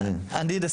וזה